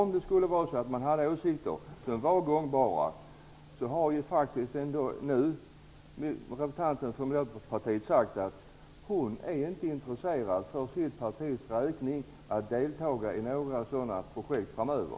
Miljöpartiets representant har här sagt att hon inte är intresserad att för sitt partis räkning delta i några sådana projekt framöver.